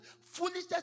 foolishness